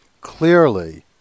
clearly